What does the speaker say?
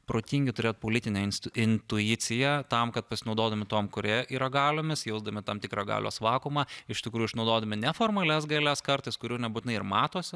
protingi turėt politinę instu intuiciją tam kad pasinaudodami tom kurie yra galiomis jausdami tam tikrą galios vakuumą iš tikrųjų išnaudodami ne formalias galias kartais kurių nebūtinai ir matosi